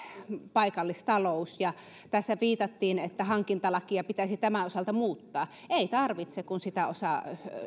paikallistalous tässä viitattiin että hankintalakia pitäisi tämän osalta muuttaa ei tarvitse jos sitä osaa